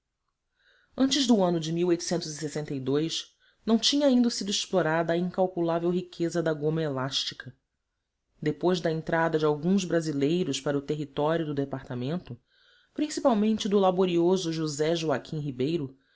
antes do ano de não tinha ainda sido explorada a incalculável riqueza da goma elástica depois da entrada de alguns brasileiros para o território do departamento principalmente do laborioso josé joaquim ribeiro